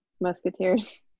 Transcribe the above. musketeers